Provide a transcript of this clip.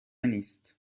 نیست